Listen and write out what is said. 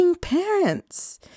parents